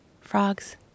Frogs